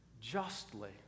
justly